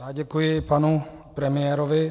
Já děkuji panu premiérovi.